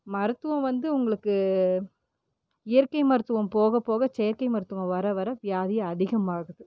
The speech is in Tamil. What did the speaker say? மருத்துவம் வந்து உங்களுக்கு இயற்கை மருத்துவம் போக போக செயற்கை மருத்துவம் வர வர வியாதி அதிகமாகுது